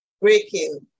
breaking